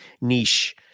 niche